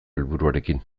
helburuarekin